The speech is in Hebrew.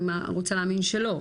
אני רוצה להאמין שלא,